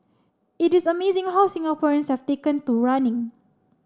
it is amazing how Singaporeans have taken to running